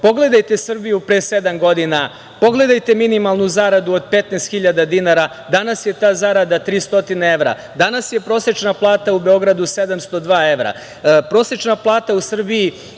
Evropi. Pogledajte Srbiju pre sedam godina, pogledajte minimalnu zaradu od 15 hiljada dinara. Danas je ta zarada 300 evra. Danas je prosečna plata u Beogradu 702 evra.